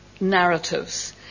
narratives